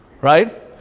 right